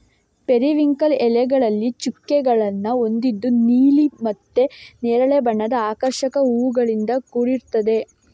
periwinkle ಎಲೆಗಳಲ್ಲಿ ಚುಕ್ಕೆಗಳನ್ನ ಹೊಂದಿದ್ದು ನೀಲಿ ಮತ್ತೆ ನೇರಳೆ ಬಣ್ಣದ ಆಕರ್ಷಕ ಹೂವುಗಳಿಂದ ಕೂಡಿರ್ತದೆ